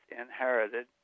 inherited